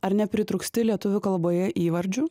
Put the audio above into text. ar nepritrūksti lietuvių kalboje įvardžių